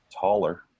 taller